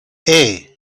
hey